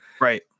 Right